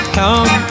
come